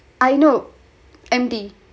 I know M_D